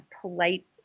polite